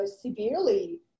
severely